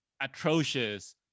atrocious